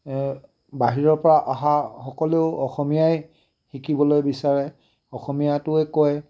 বাহিৰৰ পৰা অহা সকলো অসমীয়াই শিকিবলৈ বিচাৰে অসমীয়াটোৱে কয়